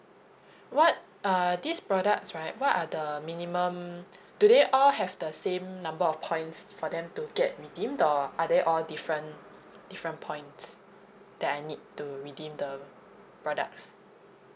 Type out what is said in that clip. what uh these products right what are the minimum do they all have the same number of points for them to get redeemed or are they all different different points that I need to redeem the products